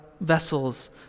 vessels